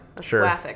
Sure